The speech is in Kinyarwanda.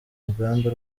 rugamba